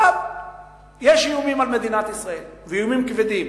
יש איומים על מדינת ישראל, ואיומים כבדים.